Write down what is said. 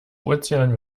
ozean